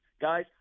Guys